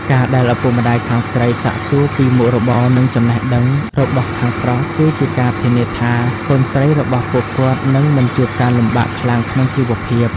ការដែលឪពុកម្ដាយខាងស្រីសាកសួរពី "មុខរបរ និងចំណេះដឹង" របស់ខាងប្រុស គឺជាការធានាថា កូនស្រីរបស់ពួកគាត់នឹងមិនជួបការលំបាកខ្លាំងក្នុងជីវភាព។